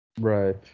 Right